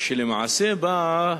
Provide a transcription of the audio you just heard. שלמעשה באה,